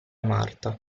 marta